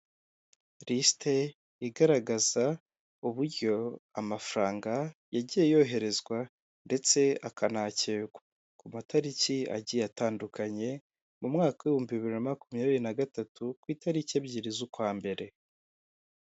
Icyumba kigaragara nkaho hari ahantu bigira ikoranabuhanga, hari abagabo babiri ndetse hari n'undi utari kugaragara neza, umwe yambaye ishati y'iroze undi yambaye ishati y'umutuku irimo utubara tw'umukara, imbere yabo hari amaterefoni menshi bigaragara ko bari kwihugura.